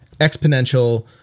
exponential